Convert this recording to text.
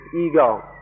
ego